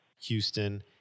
Houston